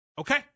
Okay